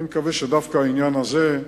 אני מקווה שדווקא העניין הזה,